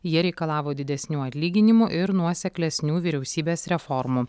jie reikalavo didesnių atlyginimų ir nuoseklesnių vyriausybės reformų